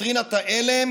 דוקטרינת ההלם